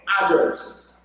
others